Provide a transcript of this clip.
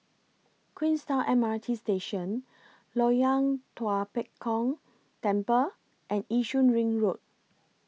Queenstown M R T Station Loyang Tua Pek Kong Temple and Yishun Ring Road